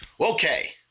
Okay